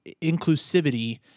inclusivity